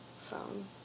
phone